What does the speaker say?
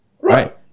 Right